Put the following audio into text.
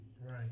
Right